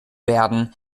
werden